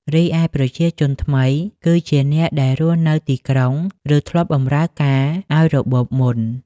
រីឯប្រជាជនថ្មី គឺជាអ្នកដែលរស់នៅទីក្រុង ឬធ្លាប់បម្រើការឱ្យរបបមុន។